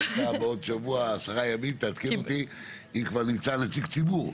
ובעוד שבוע או עשרה ימים תעדכן אותי אם כבר נמצא נציג ציבור.